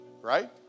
right